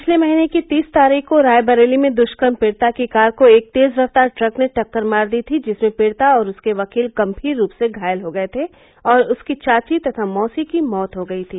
पिछले महीने की तीस तारीख को रायबरेली में दुष्कर्म पीडिता की कार को एक तेज रफ्तार ट्रक ने टक्कर मार दी थी जिसमें पीडिता और उसके वकील गंभीर रूप से घायल हो गये थे और उसकी चाची तथा मौसी की मौत हो गई थी